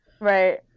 right